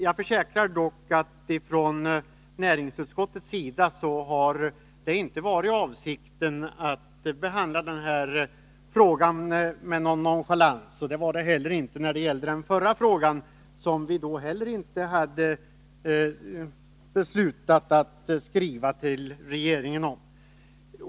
Jag försäkrar dock att det inte varit näringsutskottets avsikt att behandla frågan med någon nonchalans. Det var det inte heller i fråga om det förra ärendet, där vi inte föreslog riksdagen att skriva till regeringen.